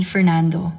Fernando